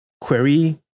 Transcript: query